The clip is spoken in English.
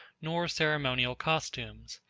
nor ceremonial costumes.